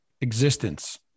existence